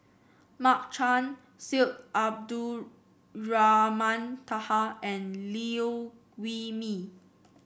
Mark Chan Syed Abdulrahman Taha and Liew Wee Mee